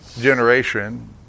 generation